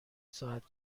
ساعت